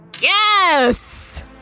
Yes